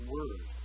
Word